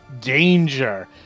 danger